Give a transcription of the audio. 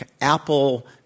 Apple